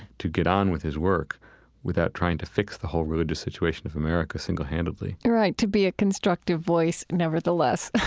to get on with his work without trying to fix the whole religious situation of america single-handedly right, to be a constructive voice nevertheless